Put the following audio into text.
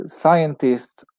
scientists